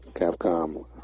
CAPCOM